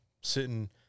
sitting –